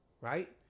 right